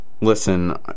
Listen